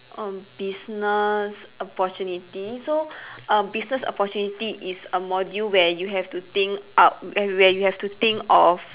um business opportunity so uh business opportunity is a module where you have to think up where where you have to think of